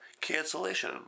cancellation